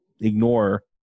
ignore